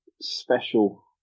special